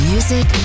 Music